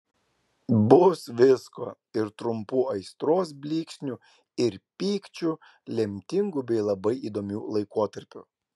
bus visko ir trumpų aistros blyksnių ir pykčių lemtingų bei labai įdomių laikotarpių